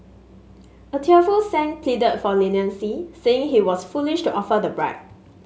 a tearful Sang pleaded for leniency saying he was foolish to offer the bribe